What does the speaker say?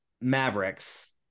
Mavericks